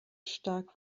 stark